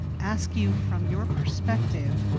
ask you from your perspective,